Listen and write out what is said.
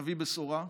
נביא בשורה.